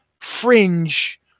fringe